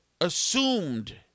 assumed